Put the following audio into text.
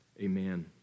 Amen